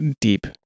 deep